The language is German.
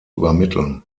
übermitteln